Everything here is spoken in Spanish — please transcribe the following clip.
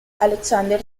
alexander